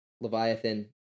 Leviathan